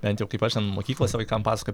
bent jau kaip aš ten mokyklose vaikam paskoju